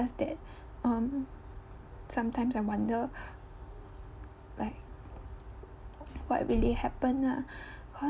that um sometimes I wonder like what really happen lah cause